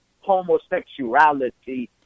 homosexuality